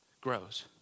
grows